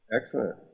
Excellent